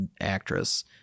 actress